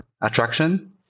attraction